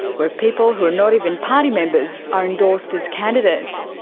where people who are not even party members are endorsed as candidates.